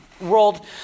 world